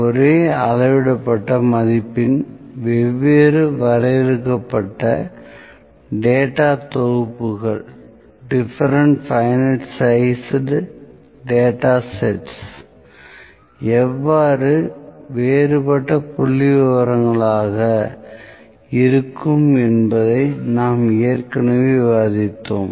ஒரே அளவிடப்பட்ட மதிப்பின் வெவ்வேறு வரையறுக்கப்பட்ட டேட்டா தொகுப்புகள் எவ்வாறு வேறுபட்ட புள்ளிவிவரங்களாக இருக்கும் என்பதை நாம் ஏற்கனவே விவாதித்தோம்